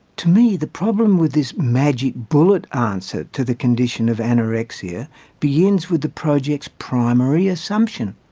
to me, the problem with this magic bullet answer to the condition of anorexia begins with the project's primary assumption